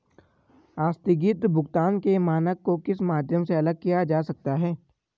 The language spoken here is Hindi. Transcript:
आस्थगित भुगतान के मानक को किस माध्यम से अलग किया जा सकता है?